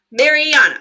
Mariana